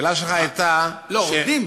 השאלה שלך הייתה, לא, עובדים.